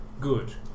Good